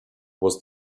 was